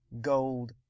gold